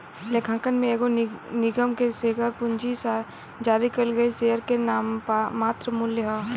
लेखांकन में एगो निगम के शेयर पूंजी जारी कईल गईल शेयर के नाममात्र मूल्य ह